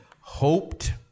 hoped